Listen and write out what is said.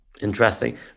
Interesting